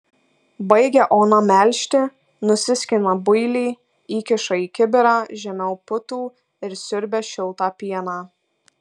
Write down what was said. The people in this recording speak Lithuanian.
baigia ona melžti nusiskina builį įkiša į kibirą žemiau putų ir siurbia šiltą pieną